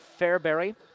Fairbury